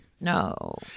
No